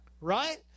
right